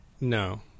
no